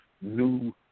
new